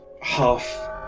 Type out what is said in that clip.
half